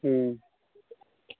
हुँ